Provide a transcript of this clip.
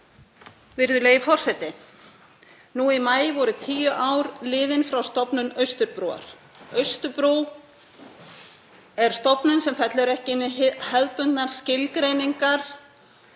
Virðulegi forseti. Nú í maí voru tíu ár liðin frá stofnun Austurbrúar. Austurbrú er stofnun sem fellur ekki inn í hefðbundnar skilgreiningar